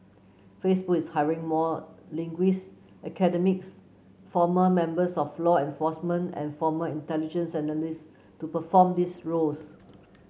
Facebook is hiring more linguist academics former members of law enforcement and former intelligence analyst to perform these roles